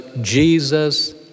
Jesus